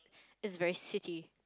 it's very city